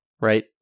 right